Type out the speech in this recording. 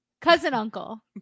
Cousin-uncle